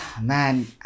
Man